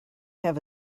have